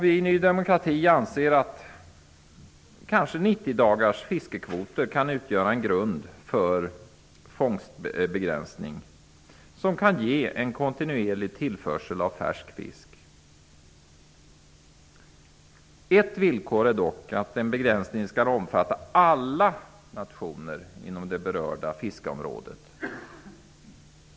Vi i Ny demokrati anser att 90 dagars fiskekvoter kanske kan utgöra en grund för fångstbegränsning, som kan ge en kontinuerlig tillförsel av färsk fisk. Ett villkor är dock att en sådan begränsning omfattar alla nationer inom det berörda fiskeområdet.